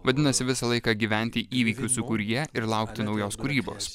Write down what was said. vadinasi visą laiką gyventi įvykių sūkuryje ir laukti naujos kūrybos